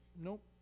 Nope